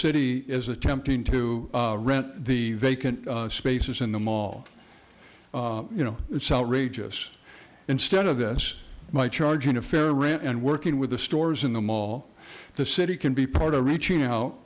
city is attempting to rent the vacant spaces in the mall you know it's outrageous instead of this might charge in a fair rent and working with the stores in the mall the city can be part of reaching out